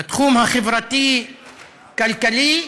בתחום החברתי-כלכלי,